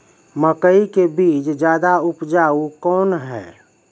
मकई के बीज ज्यादा उपजाऊ कौन है?